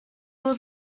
was